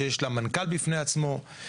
שיש לה מנכ"ל בפני עצמו,